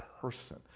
person